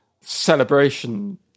celebration